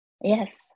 Yes